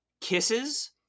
kisses